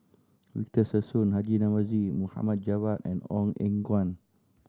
Victor Sassoon Haji Namazie Mohd Javad and Ong Eng Guan